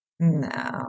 no